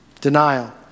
denial